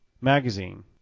magazine